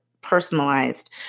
personalized